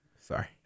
Sorry